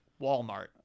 Walmart